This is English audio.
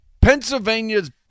Pennsylvania's